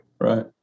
Right